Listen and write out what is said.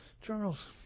Charles